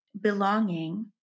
belonging